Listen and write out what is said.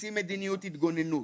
הוציא מדינות התגוננות.